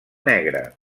negre